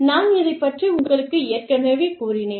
நான் இதைப் பற்றி உங்களுக்கு ஏற்கனவே கூறினேன்